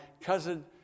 cousin